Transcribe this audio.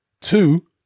Two